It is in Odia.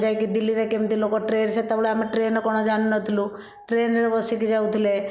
ଯାଇକି ଦିଲ୍ଲୀରେ କେମିତି ଲୋକ ଟ୍ରେନ ସେତେବେଳେ ଆମେ ଟ୍ରେନ କଣ ଜାଣିନଥିଲୁ ଟ୍ରେନରେ ବସିକି ଯାଉଥିଲେ